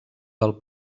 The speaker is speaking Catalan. del